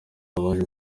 baje